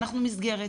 אנחנו מסגרת.